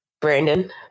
Brandon